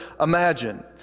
imagine